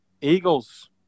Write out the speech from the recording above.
Eagles